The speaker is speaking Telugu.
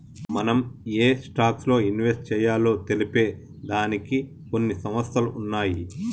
మనం ఏయే స్టాక్స్ లో ఇన్వెస్ట్ చెయ్యాలో తెలిపే దానికి కొన్ని సంస్థలు ఉన్నయ్యి